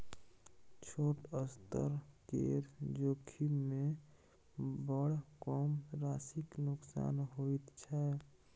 छोट स्तर केर जोखिममे बड़ कम राशिक नोकसान होइत छै